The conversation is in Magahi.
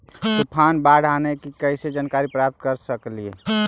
तूफान, बाढ़ आने की कैसे जानकारी प्राप्त कर सकेली?